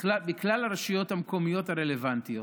בכלל הרשויות המקומיות הרלוונטיות.